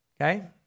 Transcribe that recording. Okay